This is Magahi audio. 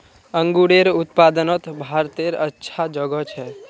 अन्गूरेर उत्पादनोत भारतेर अच्छा जोगोह छे